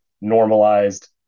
normalized